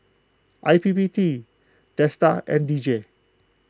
I P P T DSTA and D J